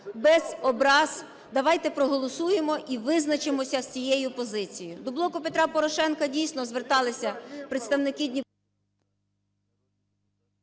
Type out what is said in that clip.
без образ давайте проголосуємо і визначимося з цією позицією. До "Блоку Петра Порошенка" дійсно зверталися представники …